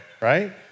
right